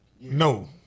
No